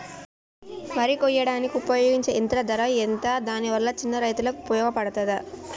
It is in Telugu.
వరి కొయ్యడానికి ఉపయోగించే యంత్రం ధర ఎంత దాని వల్ల చిన్న రైతులకు ఉపయోగపడుతదా?